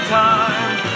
time